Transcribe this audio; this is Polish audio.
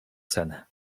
cenę